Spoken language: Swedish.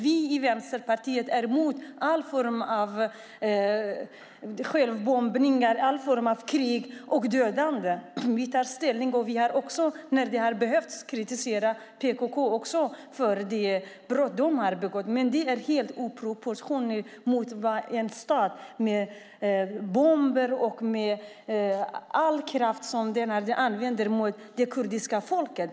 Vi i Vänsterpartiet är mot all form av självmordsbombningar och all form av krig och dödande. Vi tar ställning, och vi har när det har behövts kritiserat också PKK för de brott de har begått. Men det är helt oproportionerligt mot en stat som använder bomber och all sin kraft mot det kurdiska folket.